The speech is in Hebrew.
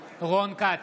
כץ,